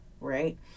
Right